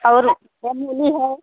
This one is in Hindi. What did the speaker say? और क्या लेना है